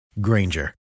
Granger